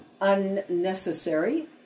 unnecessary